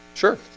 sure